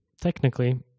technically